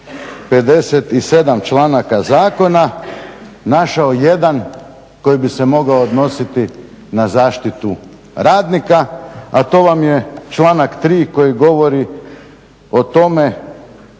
57.članaka zakona našao jedan koji bi se mogao odnositi na zaštitu radnika, a to vam je članak 3.koji govori o tome